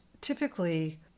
typically